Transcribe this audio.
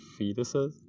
fetuses